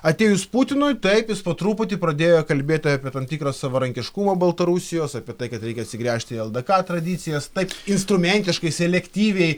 atėjus putinui taip jis po truputį pradėjo kalbėti apie tam tikrą savarankiškumą baltarusijos apie tai kad reikia atsigręžti į ldk tradicijas taip instrumentiškai selektyviai